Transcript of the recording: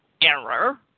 error